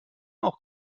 auch